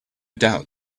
doubt